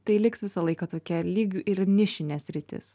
tai liks visą laiką tokia lyg ir nišinė sritis